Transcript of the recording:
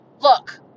look